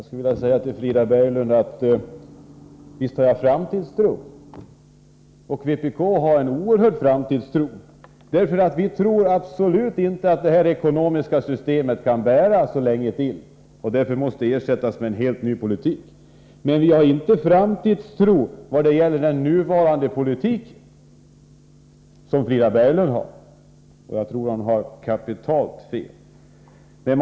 Herr talman! Till Frida Berglund skulle jag vilja säga: Visst har jag framtidstro. Vpk har en oerhörd framtidstro. Vi tror absolut inte att det här ekonomiska systemet kan bära så länge till utan att det därför måste ersättas med en helt ny politik. Men vi har inte framtidstron när det gäller den nuvarande politiken, som Frida Berglund har. Jag tror hon har kapitalt fel.